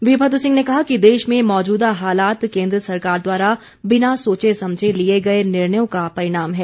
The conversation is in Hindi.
वीरभद्र सिंह ने कहा कि देश में मौजूदा हालात केन्द्र सरकार द्वारा बिना सोचे समझे लिए गए निर्णयों का परिणाम है